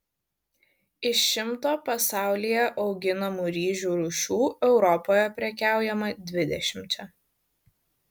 iš šimto pasaulyje auginamų ryžių rūšių europoje prekiaujama dvidešimčia